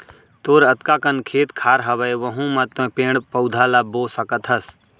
तोर अतका कन खेत खार हवय वहूँ म तो पेड़ पउधा ल बो सकत हस